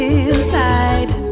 inside